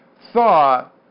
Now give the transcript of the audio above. thought